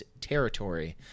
territory